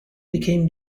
became